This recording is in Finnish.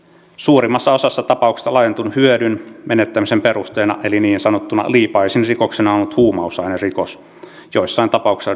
suurimmassa osassa tapauksista laajennetun hyödyn menettämisen perusteena eli niin sanottuna liipaisinrikoksena on ollut huumausainerikos joissain tapauksissa dopingrikos